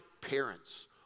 parents